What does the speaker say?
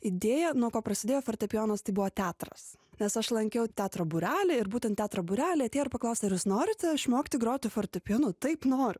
idėja nuo ko prasidėjo fortepijonas tai buvo teatras nes aš lankiau teatro būrelį ir būtent teatro būrelį atėjo ir paklausė ar jūs norite išmokti groti fortepijonu taip noriu